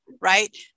right